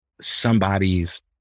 somebody's